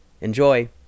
Enjoy